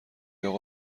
اقا